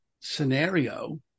scenario